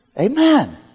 Amen